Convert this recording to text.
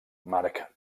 marc